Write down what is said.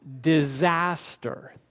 disaster